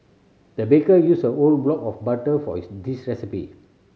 the baker used a whole block of butter for his this recipe